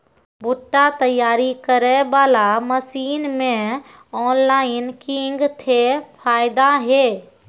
भुट्टा तैयारी करें बाला मसीन मे ऑनलाइन किंग थे फायदा हे?